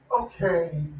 Okay